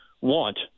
want